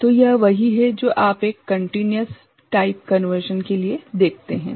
तो यह वही है जो आप एक कंटिन्युस टाइप कन्वर्शन के लिए देखेंगे